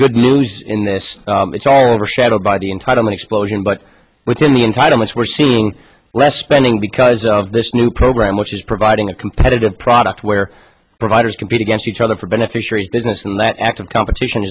good news in this it's all overshadowed by the entitlement explosion but within the entitlements we're seeing less spending because of this new program which is providing a competitive product where providers compete against each other for beneficiaries business and that active competition